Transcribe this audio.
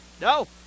No